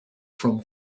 from